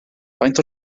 faint